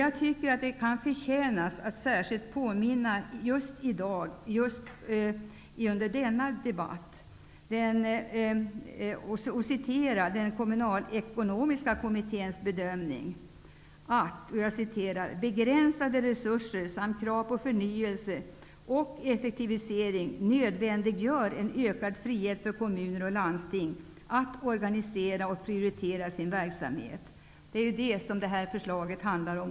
Jag tycker att den kommunalekonomiska kommitténs bedömning i dag förtjänar att citeras, nämligen ''att begränsade resurser samt krav på förnyelse och effektivisering nödvändiggör en ökad frihet för kommuner och landsting att organisera och prioritera sin verksamet.'' -- Det är detta som det här förslaget också handlar om.